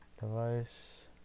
Device